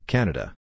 Canada